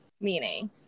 meaning